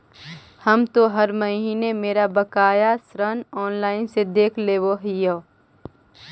हम तो हर महीने मेरा बकाया ऋण ऑनलाइन देख लेव हियो